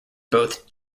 both